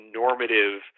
normative